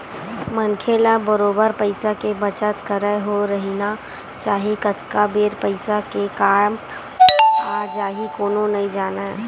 मनखे ल बरोबर पइसा के बचत करत होय रहिना चाही कतका बेर पइसा के काय काम आ जाही कोनो नइ जानय